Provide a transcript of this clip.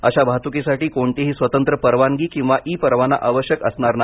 अशा वाहतुकीसाठी कोणतीही स्वतंत्र परवानगी किंवा ई परवाना आवश्यक असणार नाही